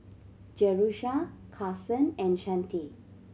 Jerusha Karson and Shante